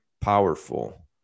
powerful